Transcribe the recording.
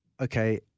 okay